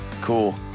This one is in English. Cool